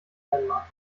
denmark